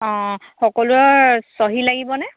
অঁ সকলোৰে চহী লাগিবনে